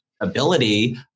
Ability